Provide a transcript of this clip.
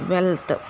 Wealth